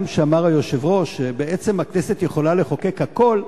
גם שאמר היושב-ראש, ובעצם הכנסת יכולה לחוקק הכול,